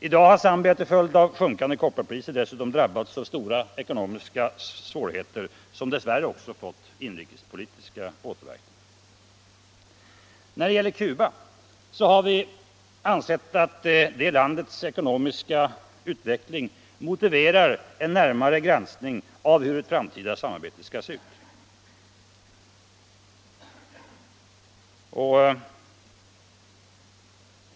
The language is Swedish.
I dag har Zambia till följd av sjunkande kopparpriser dessutom drabbats av stora ekonomiska svårigheter som dess värre också fått inrikespolitiska återverkningar. När det gäller Cuba motiverar landets ekonomiska utveckling en närmare granskning av hur det framtida samarbetet skall te sig.